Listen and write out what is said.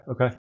okay